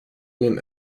win